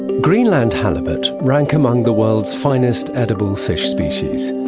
greenland halibut rank among the world's finest edible fish species.